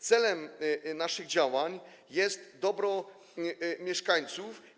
Celem naszych działań jest dobro mieszkańców.